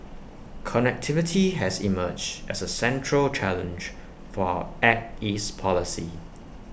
connectivity has emerged as A central challenge for our act east policy